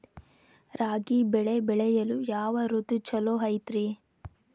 ರಾಗಿ ಬೆಳೆ ಬೆಳೆಯಲು ಯಾವ ಋತು ಛಲೋ ಐತ್ರಿ?